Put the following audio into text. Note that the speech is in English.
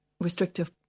restrictive